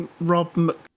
rob